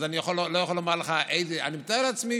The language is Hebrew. אז אני לא יכול לומר לך איזה, אני מתאר לעצמי